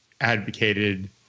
advocated